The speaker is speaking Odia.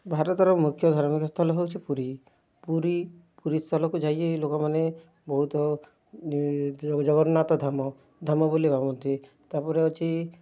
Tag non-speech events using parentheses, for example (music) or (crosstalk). ଭାରତର ମୁଖ୍ୟ ଧାର୍ମିକ ସ୍ଥଲ ହେଉଚି ପୁରୀ ପୁରୀ ସ୍ଥଲକୁ ଯାଇକି ଲୋକମାନେ ବହୁତ (unintelligible) ଜଗନ୍ନାଥ ଧାମ ଧାମ ବୋଲି ଭାବନ୍ତି ତାପରେ ଅଛି